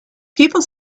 people